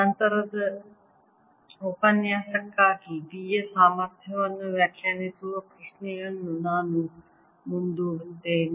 ನಂತರದ ಉಪನ್ಯಾಸಕ್ಕಾಗಿ B ಸಾಮರ್ಥ್ಯವನ್ನು ವ್ಯಾಖ್ಯಾನಿಸುವ ಪ್ರಶ್ನೆಯನ್ನು ನಾನು ಮುಂದೂಡುತ್ತೇನೆ